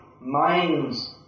minds